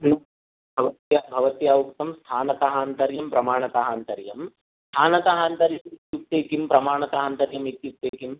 भवत्या भवत्या उक्तं स्थानतः आन्तर्यं प्रमाणतः आन्तर्यं स्थानतः आन्तर्यम् इत्युक्ते किं प्रमाणतः आन्तर्यम् इत्युक्ते किम्